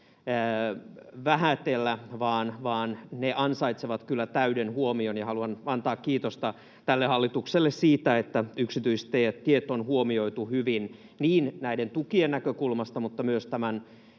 vähätellä, vaan ne ansaitsevat kyllä täyden huomion, ja haluan antaa kiitosta tälle hallitukselle siitä, että yksityistiet on huomioitu hyvin niin tukien näkökulmasta kuin myös tämän